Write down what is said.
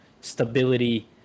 stability